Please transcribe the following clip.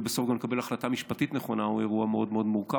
ובסוף גם לקבל החלטה משפטית נכונה זה אירוע מאוד מאוד מורכב.